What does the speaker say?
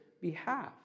behalf